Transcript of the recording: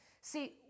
See